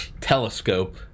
telescope